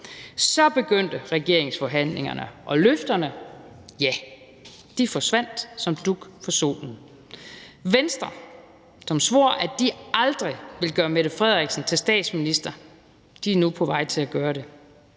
Så begyndte regeringsforhandlingerne, og løfterne, ja, de forsvandt som dug for solen. Venstre, som svor, at de aldrig ville gøre Mette Frederiksen til statsminister, er nu på vej til at gøre det.